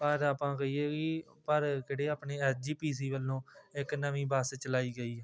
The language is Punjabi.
ਪਰ ਆਪਾਂ ਕਹੀਏ ਵੀ ਪਰ ਕਿਹੜੇ ਆਪਣੀ ਐੱਸ ਜੀ ਪੀ ਸੀ ਵੱਲੋਂ ਇੱਕ ਨਵੀਂ ਬੱਸ ਚਲਾਈ ਗਈ